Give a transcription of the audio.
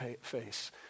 face